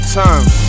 times